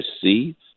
see